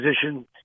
position